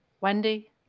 Wendy